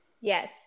Yes